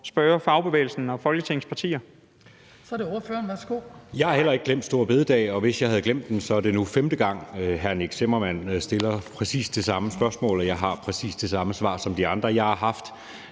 Så er det ordføreren. Værsgo. Kl. 20:13 Jeppe Søe (M): Jeg har heller ikke glemt store bededag, og hvis jeg havde glemt den, er det nu femte gang, hr. Nick Zimmermann stiller præcis det samme spørgsmål, og jeg har præcis det samme svar som de andre. Jeg har haft